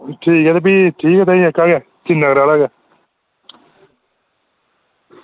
ठीक ऐ भी ठीक ऐ अपने सिरीनगर आह्ला गै